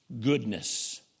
goodness